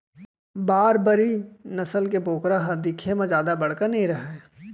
बारबरी नसल के बोकरा ह दिखे म जादा बड़का नइ रहय